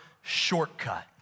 shortcut